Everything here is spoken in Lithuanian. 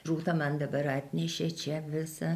rūta man dabar atnešė čia visą